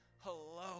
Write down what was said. Hello